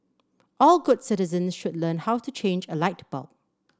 all good citizens should learn how to change a light bulb